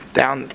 down